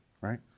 right